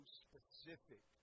specific